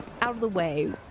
out-of-the-way